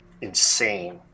insane